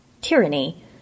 tyranny